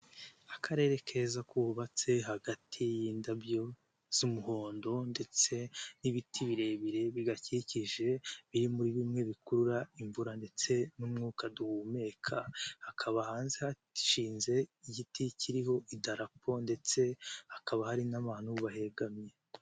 Akarere keza kubabatse hagati y'indabyo z'umuhondo, ndetse n'ibiti birebire bigakikije, biri muri bimwe bikurura imvura ndetse n'umwuka duhumeka. Hakaba hanze hashinze igiti kiriho idarapo, ndetse hakaba hari n'abantu bahegamye.